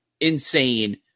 insane